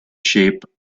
shape